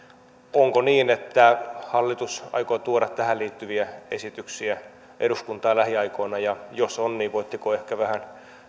onko niin että hallitus aikoo tuoda tähän liittyviä esityksiä eduskuntaan lähiaikoina ja jos on niin voitteko ehkä vähän